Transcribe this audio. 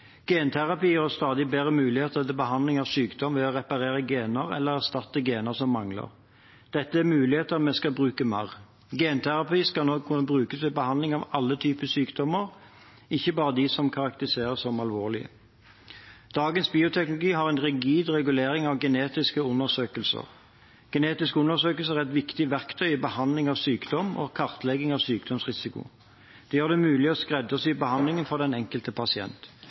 Genterapi gir oss stadig bedre muligheter til behandling av sykdom ved å reparere gener eller erstatte gener som mangler. Dette er muligheter vi skal bruke mer. Genterapi skal nå kunne brukes ved behandling av alle typer sykdommer, ikke bare de som karakteriseres som alvorlige. Dagens bioteknologilov har en rigid regulering av genetiske undersøkelser. Genetiske undersøkelser er et viktig verktøy i behandling av sykdom og kartlegging av sykdomsrisiko. De gjør det mulig å skreddersy behandlingen for den enkelte pasient.